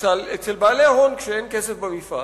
אצל בעלי הון, כשאין כסף במפעל,